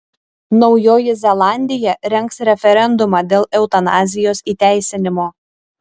naujoji zelandija rengs referendumą dėl eutanazijos įteisinimo